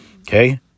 Okay